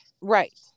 Right